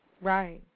Right